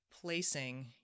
placing